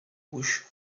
push